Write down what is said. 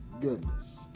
goodness